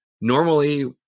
normally